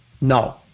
No